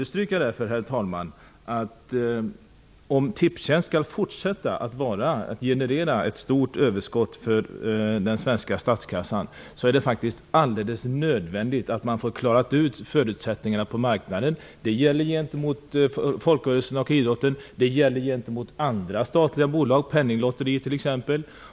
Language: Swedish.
Jag vill därför understyrka, att om Tipstjänst skall fortsätta att generera ett stort överskott för den svenska statskassan, är det alldeles nödvändigt att man klarar ut förutsättningarna på marknaden. Det gäller gentemot folkrörelserna och idrotten, och det gäller gentemot andra statliga bolag, t.ex.